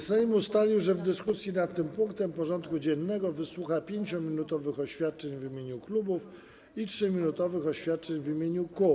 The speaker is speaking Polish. Sejm ustalił, że w dyskusji nad tym punktem porządku dziennego wysłucha 5-minutowych oświadczeń w imieniu klubów i 3-minutowych oświadczeń w imieniu kół.